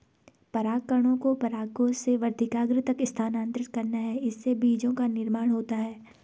परागकणों को परागकोश से वर्तिकाग्र तक स्थानांतरित करना है, इससे बीजो का निर्माण होता है